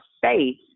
faith